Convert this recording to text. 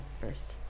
first